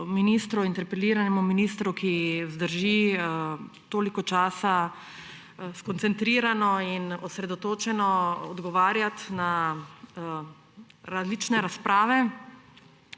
vsakemu interpeliranemu ministru, ki zdrži toliko časa skoncentrirano in osredotočeno odgovarjati na različne razprave.